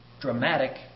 dramatic